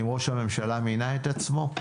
אם ראש הממשלה מינה את עצמו,